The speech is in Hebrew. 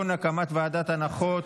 נכון, אדוני?